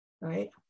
right